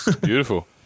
Beautiful